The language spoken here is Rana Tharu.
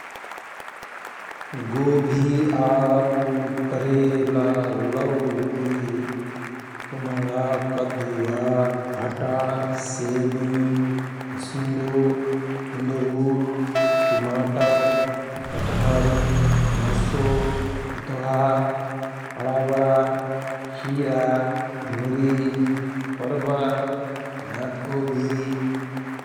गोभि, आलु, करेला, लौकी, कुमणा, कदुवा, भटा, सेमी, भसिणो, कुंदरु, टिमाटर, कटहर, मर्सो, भिथोहा, अणाबणा, खिरा, मुरी, परवर, गाँठगोभी ।